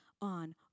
on